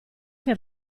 che